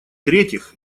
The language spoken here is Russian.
третьих